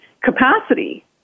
capacity